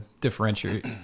differentiate